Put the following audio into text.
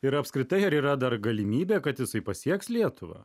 ir apskritai ar yra dar galimybė kad jisai pasieks lietuvą